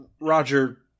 Roger